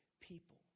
people